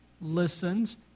listens